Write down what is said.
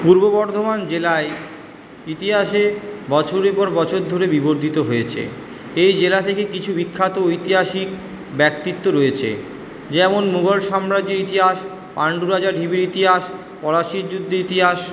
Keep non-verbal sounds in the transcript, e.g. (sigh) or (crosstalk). পূর্ব বর্ধমান জেলায় ইতিহাসে বছরের পর বছর ধরে বিবর্তিত হয়েছে এই জেলা থেকে কিছু বিখ্যাত ঐতিহাসিক ব্যক্তিত্ব রয়েছে যেমন মুঘল সম্রাজ্যের ইতিহাস পান্ডু রাজা (unintelligible) ইতিহাস পলাশীর যুদ্ধের ইতিহাস